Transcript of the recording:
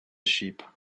sheep